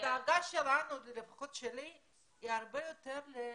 הדאגה שלי לפחות היא הרבה יותר למזדמנים,